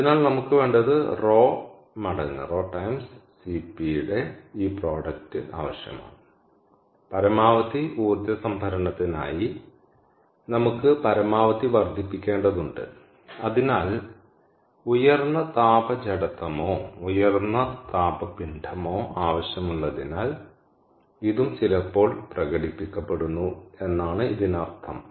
അതിനാൽ നമുക്ക് വേണ്ടത് ρ മടങ്ങ് Cp ന്റെ ഈ പ്രോഡക്റ്റ് ആവശ്യമാണ് പരമാവധി ഊർജ്ജ സംഭരണത്തിനായി നമുക്ക് പരമാവധി വർദ്ധിപ്പിക്കേണ്ടതുണ്ട് അതിനാൽ ഉയർന്ന താപ ജഡത്വമോ ഉയർന്ന താപ പിണ്ഡമോ ആവശ്യമുള്ളതിനാൽ ഇതും ചിലപ്പോൾ പ്രകടിപ്പിക്കപ്പെടുന്നു എന്നാണ് ഇതിനർത്ഥം